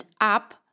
up